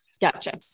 Gotcha